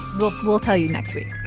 look we'll tell you next week.